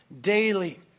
daily